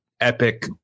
epic